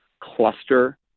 cluster